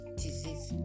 disease